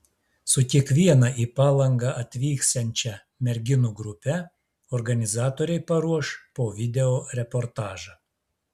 su kiekviena į palangą atvyksiančia merginų grupe organizatoriai paruoš po video reportažą